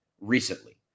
recently